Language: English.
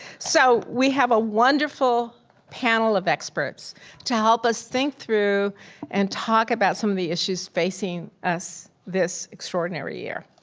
so, we have a wonderful panel of experts to help us think through and talk about some of the issues facing us this extraordinary year.